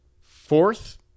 Fourth